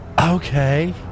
Okay